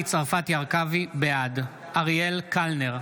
הרכבי, בעד אריאל קלנר,